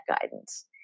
guidance